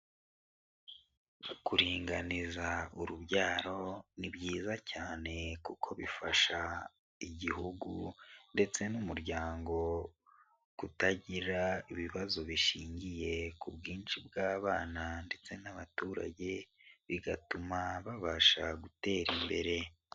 Kuringaniza urubyaro ni byiza cyane kuko bifasha igihugu ndetse n'umuryango kutagira ibibazo bishingiye ku bwinshi bw'abana ndetse n'abaturage, bigatuma babasha gutera imbere.